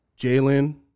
Jalen